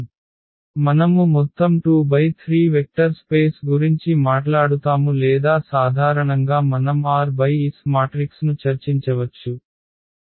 మనము మొత్తం 2×3 vector space గురించి మాట్లాడుతాము లేదా సాధారణంగా మనం r × s మాట్రిక్స్ను చర్చించవచ్చు